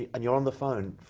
and you're on the phone.